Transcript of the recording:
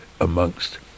amongst